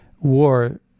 war